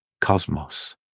cosmos